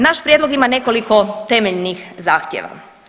Naš prijedlog ima nekoliko temeljnih zahtjeva.